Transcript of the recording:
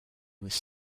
was